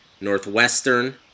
Northwestern